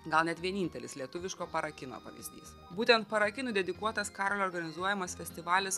gal net vienintelis lietuviško parakino pavyzdys būtent parakinui dedikuotas karolio organizuojamas festivalis